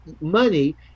money